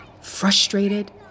frustrated